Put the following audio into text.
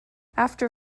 after